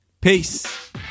Peace